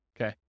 Okay